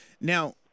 Now